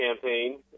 campaign